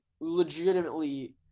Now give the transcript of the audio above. legitimately